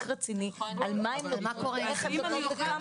רציני על מה הן נותנות ואיך התוצאות --- רגע,